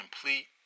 complete